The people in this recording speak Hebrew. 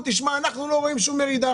שהם לא רואים שום ירידה,